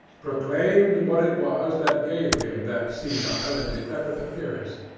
proclaimed what it was that gave him that senile and decrepit appearance.